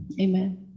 Amen